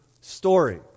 story